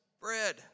bread